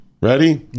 ready